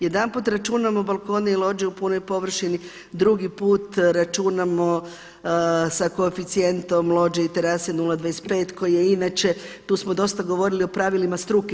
Jedanput računamo balkone i lođe u punoj površini, drugi put računamo sa koeficijentom lođe i terase 0,25 koji je inače, tu smo dosta govorili o pravilima struke.